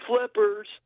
flippers